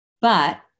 But-